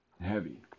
heavy